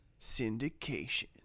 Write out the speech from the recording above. syndication